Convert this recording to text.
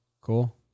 Cool